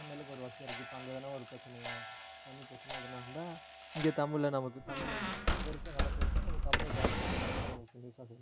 அந்த அளவுக்கு ஒரு வசதியாக இருக்குது இப்போ அங்கே எதனா ஒரு பிரச்சனையா தண்ணி பிரச்சனை எதுனா இருந்தால் இங்கே தமிழில் நமக்கு தமிழில் இங்கே அங்கே இருக்கற நடக்கிற விஷயத்தை நம்ம தமிழில் ட்ரான்ஸ்லேட் பண்ணி தமிழில் நமக்கு நியூஸாக கொடுப்பாங்க